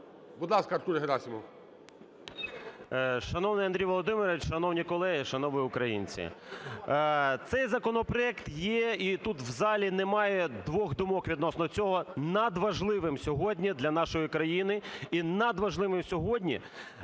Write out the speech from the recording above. Будь ласка, Артур Герасимов. 10:24:12 ГЕРАСИМОВ А.В. Шановний Андрій Володимировичу! Шановні колеги! Шановні українці! Цей законопроект є - і тут в залі немає двох думок відносно цього, - надважливим сьогодні для нашої країни і надважливим сьогодні